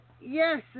Yes